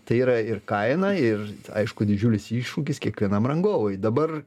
tai yra ir kaina ir aišku didžiulis iššūkis kiekvienam rangovui dabar